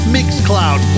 Mixcloud